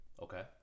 Okay